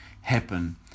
happen